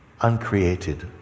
Uncreated